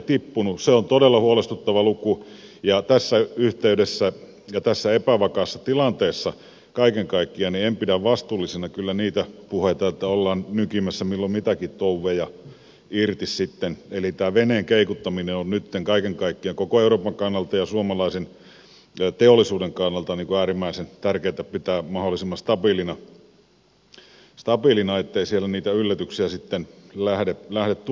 se on todella huolestuttava luku ja tässä yhteydessä ja tässä epävakaassa tilanteessa kaiken kaikkiaan en pidä vastuullisena kyllä niitä puheita että ollaan nykimässä milloin mitäkin touveja irti sitten eli tämä veneen keikuttaminen on nytten kaiken kaikkiaan koko euroopan kannalta ja suomalaisen teollisuuden kannalta äärimmäisen tärkeätä pitää mahdollisimman stabiilina ettei siellä niitä yllätyksiä sitten lähde tulemaan